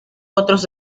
otros